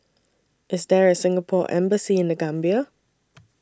IS There A Singapore Embassy in The Gambia